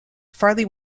farley